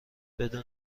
بدون